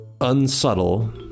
unsubtle